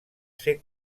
ser